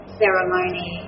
ceremony